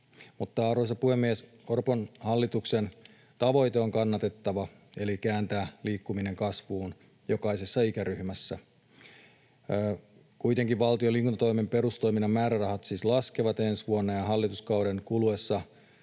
Arvoisa puhemies! Orpon hallituksen tavoite on kannatettava eli kääntää liikkuminen kasvuun jokaisessa ikäryhmässä. Kuitenkin valtion liikuntatoimen perustoiminnan määrärahat siis laskevat ensi vuonna ja hallituskauden kuluessa